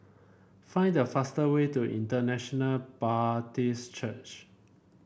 find the fastest way to International Baptist Church